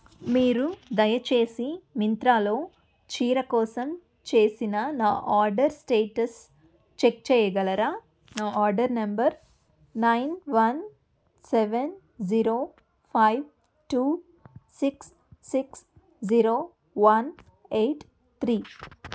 మీరు దయచేసి మింత్రాలో చీర కోసం చేసిన నా ఆర్డర్ స్టేటస్ చెక్ చేయగలరా నా order number nine one seven zero five two six six zero one eight three